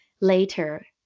later